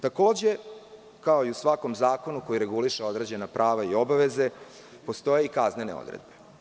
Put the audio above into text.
Takođe, kao i u svakom zakonu koji reguliše određena prava i obaveze, postoje i kaznene odredbe.